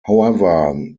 however